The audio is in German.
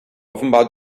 offenbar